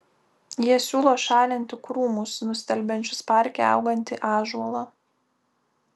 jie siūlo šalinti krūmus nustelbiančius parke augantį ąžuolą